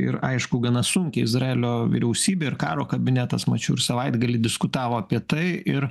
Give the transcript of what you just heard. ir aišku gana sunkiai izraelio vyriausybė ir karo kabinetas mačiau ir savaitgalį diskutavo apie tai ir